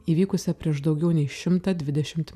įvykusia prieš daugiau nei šimtą dvidešimt